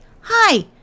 Hi